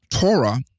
Torah